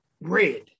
red